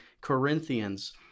Corinthians